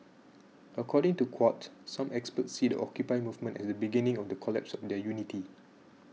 according to Quartz some experts see the Occupy movement as the beginning of the collapse of their unity